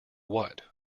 what